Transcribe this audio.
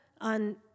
on